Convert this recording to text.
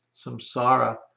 Samsara